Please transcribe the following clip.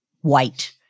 white